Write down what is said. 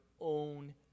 own